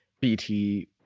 BT